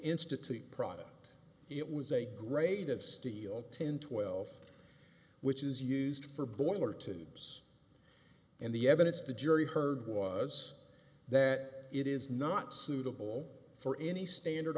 institute product it was a grade of steel ten twelve which is used for boiler tubes and the evidence the jury heard was that it is not suitable for any standard